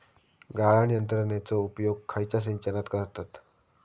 गाळण यंत्रनेचो उपयोग खयच्या सिंचनात करतत?